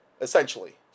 essentially